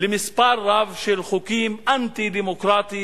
למספר רב של חוקים אנטי-דמוקרטיים,